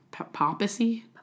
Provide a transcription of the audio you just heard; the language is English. Papacy